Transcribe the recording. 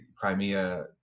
Crimea